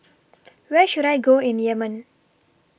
Where should I Go in Yemen